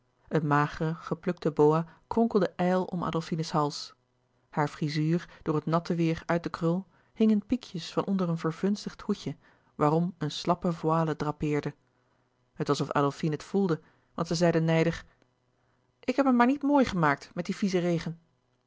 een magere geplukte boa kronkelde ijl om adolfine's hals hare frizuur door het natte weêr uit de krul hing in piekjes van onder een vervunzigd hoedje waarom een slappe voile drapeerde het was of adolfine het voelde want zij zeide nijdig ik heb me maar niet mooi gemaakt met dien viezen